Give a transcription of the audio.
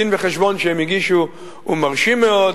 הדין-וחשבון שהם הגישו הוא מרשים מאוד.